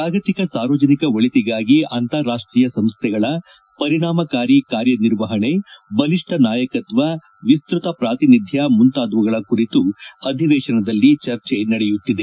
ಜಾಗತಿಕ ಸಾರ್ವಜನಿಕ ಒಳಿತಿಗಾಗಿ ಅಂತಾರಾಷ್ಷೀಯ ಸಂಸ್ಥೆಗಳ ಪರಿಣಾಮಕಾರಿ ಕಾರ್ಯನಿರ್ವಹಣೆ ಬಲಿಷ್ಠ ನಾಯಕತ್ವ ವಿಸ್ತತ ಪ್ರಾತಿನಿಧ್ದ ಮುಂತಾದವುಗಳ ಕುರಿತು ಅಧಿವೇಶನದಲ್ಲಿ ಚರ್ಚೆ ನಡೆಯುತ್ತಿದೆ